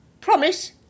Promise